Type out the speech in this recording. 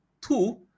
Two